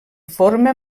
forma